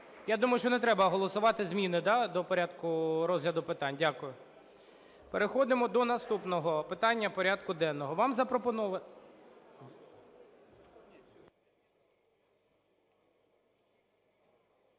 Я думаю, що не треба голосувати зміни до порядку розгляду питань. Дякую. Переходимо до наступного питання порядку денного. Вам запропоновано…